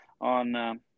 on